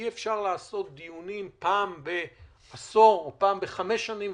אי-אפשר לעשות דיונים פעם בעשור או פעם בחמש שנים,